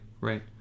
right